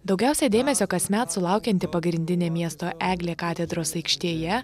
daugiausiai dėmesio kasmet sulaukianti pagrindinė miesto eglė katedros aikštėje